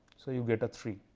so, you get a three,